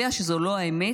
יודע שזו לא האמת